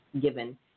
given